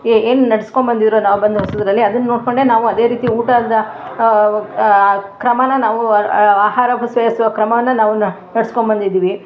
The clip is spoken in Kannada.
ಏ ಏನು ನಡೆಸ್ಕೊಂಬಂದಿದ್ರೋ ನಾವು ಬಂದ ಹೊಸದರಲ್ಲಿ ಅದನ್ನು ನೋಡಿಕೊಂಡೆ ನಾವು ಅದೇ ರೀತಿ ಊಟದ ಕ್ರಮಾನ ನಾವು ಆಹಾರ ಸೇವಿಸುವ ಕ್ರಮವನ್ನು ನಾವು ನಡೆಸ್ಕೊಂಬಂದಿದ್ದೀವಿ